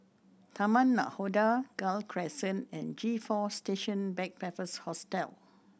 Taman Nakhoda Gul Crescent and G Four Station Backpackers Hostel